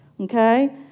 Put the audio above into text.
Okay